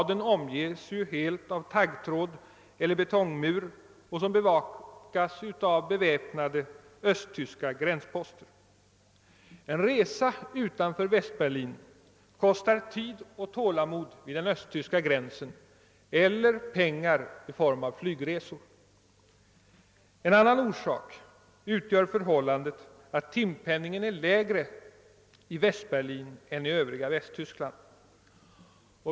Den omges ju helt av taggtråd eller betongmur, och den bevakas av beväpnade östtyska gränsposter. En resa utanför Västberlin kostar tid och tålamod vid den östtyska gränsen eller pengar i form av flygbiljetter. En annan orsak utgör förhållandet att timpenningen är lägre i Västberlin än i det övriga Västtyskland.